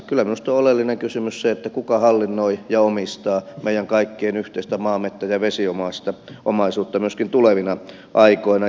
kyllä minusta oleellinen kysymys on se kuka hallinnoi ja omistaa meidän kaikkien yhteistä maa metsä ja vesiomaisuutta myöskin tulevina aikoina